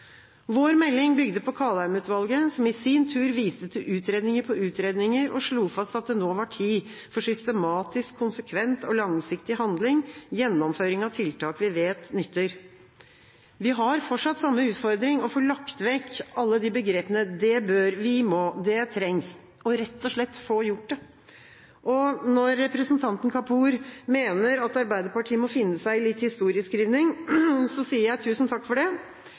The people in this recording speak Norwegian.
Vår melding bygde på Kaldheim-utvalget, som i sin tur viste til utredninger på utredninger, og slo fast at det nå var tid for systematisk, konsekvent og langsiktig handling – gjennomføring av tiltak vi vet nytter. Vi har fortsatt samme utfordring: å få lagt vekk alle de begrepene, «det bør», «vi må», og «det trengs», og rett og slett få gjort det. Når representanten Kapur mener at Arbeiderpartiet må finne seg i litt historieskriving, sier jeg tusen takk for det.